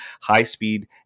high-speed